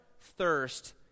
thirst